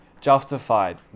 justified